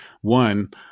one